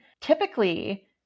typically